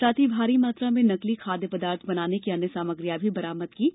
साथ ही भारी मात्रा में नकली खाद्य पदार्थ बनाने की अन्य सामग्रियां भी बरामद की गई है